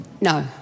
No